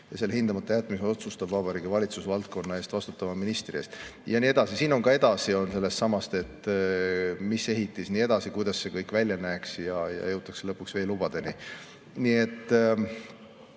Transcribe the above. Ja hindamata jätmise otsustab Vabariigi Valitsus valdkonna eest vastutava ministri eest ja nii edasi. Siin on ka edasi sellestsamast, mis on ehitis ja nii edasi, kuidas see kõik välja näeks ja jõutakse lõpuks veelubadeni. Jah,